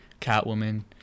Catwoman